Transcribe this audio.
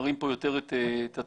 מראים פה יותר את הטבע,